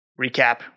recap